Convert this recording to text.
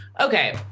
Okay